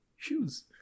Shoes